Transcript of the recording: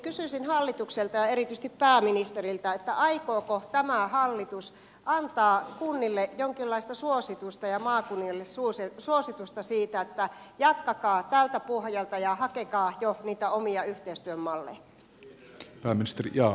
kysyisin hallitukselta ja erityisesti pääministeriltä aikooko tämä hallitus antaa kunnille jonkinlaista suositusta ja maakunnille suositusta siitä että jatkakaa tältä pohjalta ja hakekaa jo niitä omia yhteistyön malleja